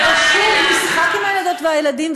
ומשחק עם הילדות והילדים,